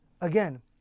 Again